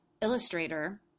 Illustrator